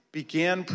began